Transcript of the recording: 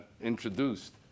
introduced